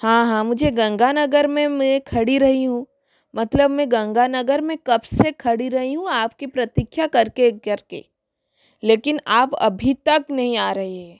हाँ हाँ मुझे गंगानगर में मैं खड़ी रही हूँ मतलब मैं गंगानगर में कब से खड़ी रही हूँ आपकी प्रतीक्षा करके करके लेकिन आप अभी तक नही आ रहे हैं